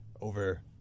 Over